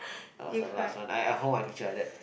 I was the last one I I hold my teacher like that